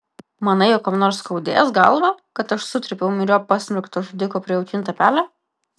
manai jog kam nors skaudės galvą kad aš sutrypiau myriop pasmerkto žudiko prijaukintą pelę